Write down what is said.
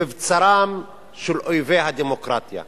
למבצרם של אויבי הדמוקרטיה.